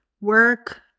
Work